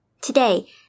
Today